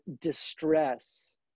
distress